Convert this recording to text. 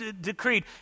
decreed